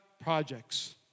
projects